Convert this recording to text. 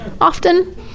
often